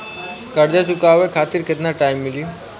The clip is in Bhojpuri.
कर्जा चुकावे खातिर केतना टाइम मिली?